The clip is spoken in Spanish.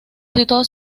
situado